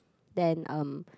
then um